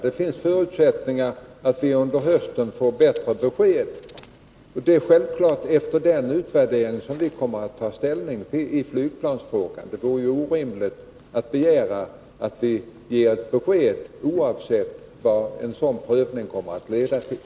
Det finns förutsättningar för att vi under hösten får bättre besked. Självfallet är det efter den utvärderingen som vi kommer att ta ställning i flygplansfrågan. Det vore orimligt att begära att vi skulle ge ett besked, oavsett vad en sådan prövning kommer att leda till.